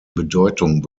bedeutung